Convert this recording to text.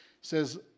says